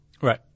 Right